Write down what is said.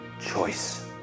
choice